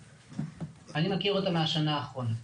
אני מכיר אותה מהשנה האחרונה.